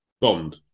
Bond